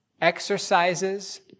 Exercises